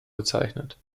bezeichnet